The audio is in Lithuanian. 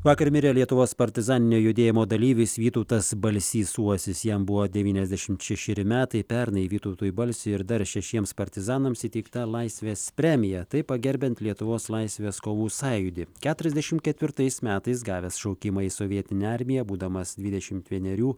vakar mirė lietuvos partizaninio judėjimo dalyvis vytautas balsys uosis jam buvo devyniasdešimt šešeri metai pernai vytautui balsiui ir dar šešiems partizanams įteikta laisvės premija taip pagerbiant lietuvos laisvės kovų sąjūdį keturiasdešim ketvirtais metais gavęs šaukimą į sovietinę armiją būdamas dvidešimt vienerių